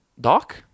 Doc